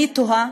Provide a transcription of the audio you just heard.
אני תוהה